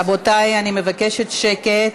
רבותי, אני מבקשת שקט.